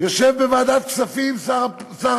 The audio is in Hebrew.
יושב בוועדת הכספים שר